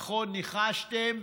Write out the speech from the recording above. נכון ניחשתם,